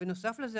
ונוסף לזה,